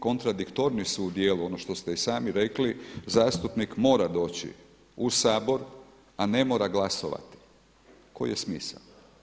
Kontradiktorni su u dijelu ono što ste i sami rekli zastupnik mora doći u Sabor, a ne mora glasovati, koji je smisao?